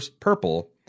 Purple